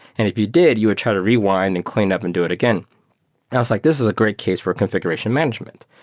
if you did, you would try to rewind and cleanup and do it again. i was like, this is a great case for a configuration management.